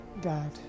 dad